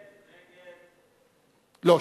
לא.